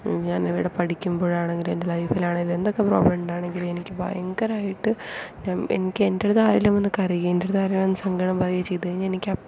ഞാൻ ഇവിടെ പഠിക്കുമ്പോഴാണെങ്കിലും എൻ്റെ ലൈഫിൽ ആയാലും എന്തൊക്കെ പ്രോബ്ലം ഉണ്ടായാലും എനിക്ക് ഭയങ്കരമായിട്ട് ഞാൻ എനിക്ക് എൻ്റെ അടുത്ത് ആരേലും വന്ന് കരയുകയും എൻ്റെ അടുത്ത് ആരെങ്കിലും വന്ന് സങ്കടം പറയുകയും ചെയ്താൽ എനിക്ക് അപ്പോൾ